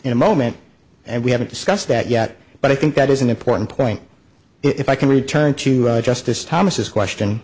in a moment and we haven't discussed that yet but i think that is an important point if i can return to justice thomas question